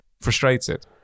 frustrated